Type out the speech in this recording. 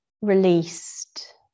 released